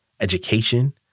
education